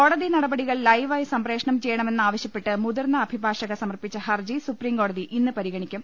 കോടതി നടപടികൾ ലൈവ് ആയി സംപ്രേഷണം ചെയ്യണമെന്ന് ആവശ്യപ്പെട്ട് മുതിർന്ന അഭിഭാഷക സമർപ്പിച്ച ഹർജി സുപ്രീംകോടതി ഇന്ന് പരിഗണിക്കും